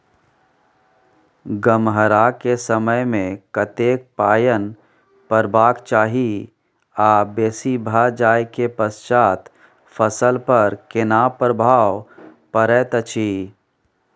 गम्हरा के समय मे कतेक पायन परबाक चाही आ बेसी भ जाय के पश्चात फसल पर केना प्रभाव परैत अछि?